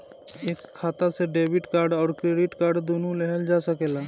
एक खाता से डेबिट कार्ड और क्रेडिट कार्ड दुनु लेहल जा सकेला?